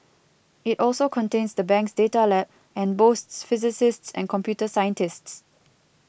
it also contains the bank's data lab and boasts physicists and computer scientists